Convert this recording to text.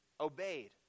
obeyed